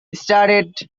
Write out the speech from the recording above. started